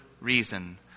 reason